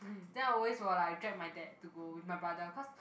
then I always will like drag my dad to go with my brother cause